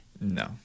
No